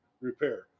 Repair